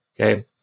Okay